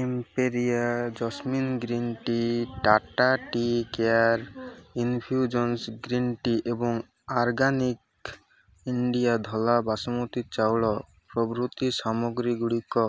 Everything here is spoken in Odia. ଏମ୍ପିରିଆ jasmine green tea Tata tea care infusion green tea ଏବଂ ଅର୍ଗାନିକ୍ ଇଣ୍ଡିଆ ଧଳା ବାସମତୀ ଚାଉଳ ପ୍ରଭୃତି ସାମଗ୍ରୀ ଗୁଡ଼ିକ